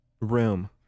room